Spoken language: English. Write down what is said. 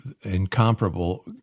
Incomparable